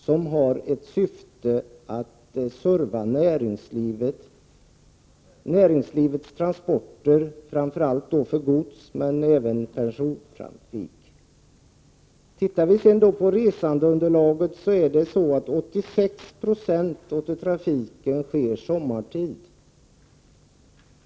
Syftet skall vara att ge näringslivet service när det gäller transporter. Framför allt gäller det då gods. Men även persontrafik kommer i fråga. Tittar vi på resandeunderlaget, finner vi att 86 90 av trafiken förekommer sommartid.